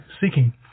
seeking